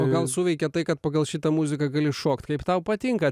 o gal suveikia tai kad pagal šitą muziką gali šokt kaip tau patinka